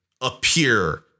appear